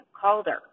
Calder